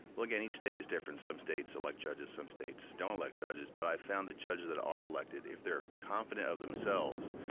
well again each state is different. some states elect judges, some states don't elect judges, but i found the judges that are elected, if they're confident of themselves,